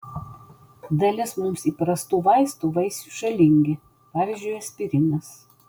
dalis mums įprastų vaistų vaisiui žalingi pavyzdžiui aspirinas